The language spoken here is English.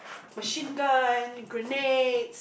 Machine Gun grenades